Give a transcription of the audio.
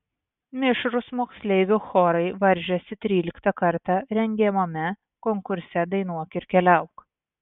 mišrūs moksleivių chorai varžėsi tryliktą kartą rengiamame konkurse dainuok ir keliauk